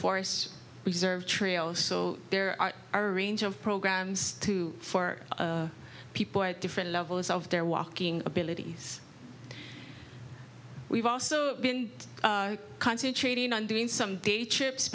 force reserve trails so there are a range of programs to for people at different levels of their walking abilities we've also been concentrating on doing some day trips